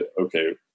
okay